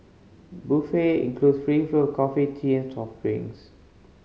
buffet includes free flow of coffee tea and soft drinks